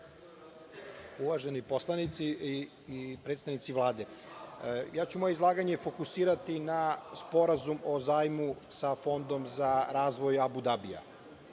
Hvala. Uvaženi poslanici i predstavnici Vlade, ja ću moje izlaganje fokusirati na Sporazum o zajmu sa Fondom za razvoj Abu Dabija.